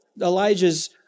Elijah's